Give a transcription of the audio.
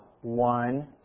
one